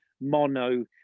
mono